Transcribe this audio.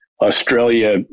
Australia